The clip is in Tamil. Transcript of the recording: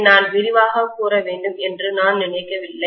அதை நான் விரிவாகக் கூற வேண்டும் என்று நான் நினைக்கவில்லை